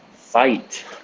fight